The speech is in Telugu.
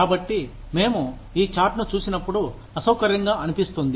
కాబట్టి మేము ఈ చార్ట్ను చూసినప్పుడు అసౌకర్యంగా అనిపిస్తుంది